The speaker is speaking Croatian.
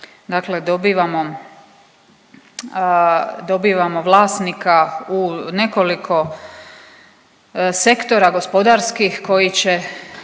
dobivamo vlasnika u nekoliko sektora gospodarskih koji će